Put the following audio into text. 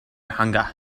hunger